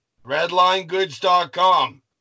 RedlineGoods.com